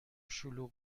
شلوغ